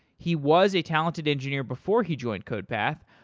he was a talented engineer before he joined codepath,